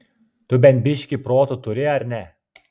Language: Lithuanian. tu bent biškį proto turi ar ne